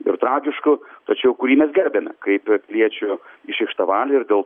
ir tragišku tačiau kurį mes gerbiame kaip piliečių išreikštą valią ir dėl